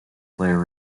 player